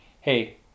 hey